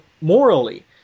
morally